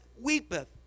weepeth